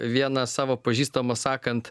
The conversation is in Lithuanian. vieną savo pažįstamą sakant